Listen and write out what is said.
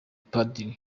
padiri